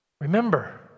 Remember